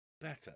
better